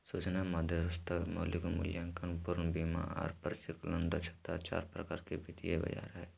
सूचना मध्यस्थता, मौलिक मूल्यांकन, पूर्ण बीमा आर परिचालन दक्षता चार प्रकार के वित्तीय बाजार हय